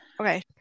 Okay